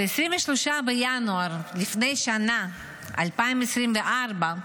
ב-23 בינואר, לפני שנה, ב-2024,